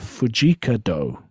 Fujikado